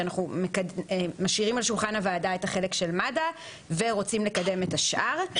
שאנחנו משאירים על שולחן הוועדה את החלק של מד"א ורוצים לקדם את השאר.